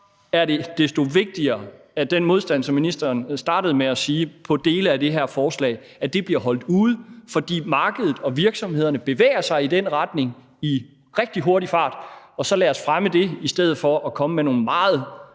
meget desto vigtigere, at den modstand, som ministeren startede med at nævne i forhold til dele af det her forslag, bliver holdt ude, for markedet og virksomhederne bevæger sig i den retning i rigtig hurtig fart. Så lad os fremme det i stedet for at komme med nogle meget